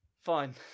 Fine